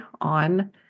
on